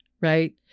right